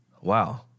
Wow